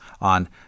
on